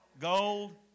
gold